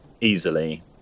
easily